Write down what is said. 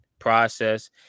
process